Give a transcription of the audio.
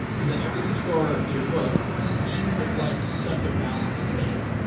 the everything store, your book, seemed like such a balanced take.